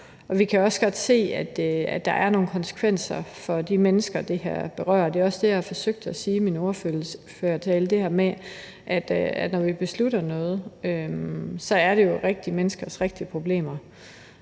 Vi kan også godt se, at der er nogle konsekvenser for de mennesker, det her berører. Det er også det, jeg forsøgte at sige i min ordførertale, altså det her med, at når vi beslutter noget, så berører det jo rigtige menneskers rigtige problemer.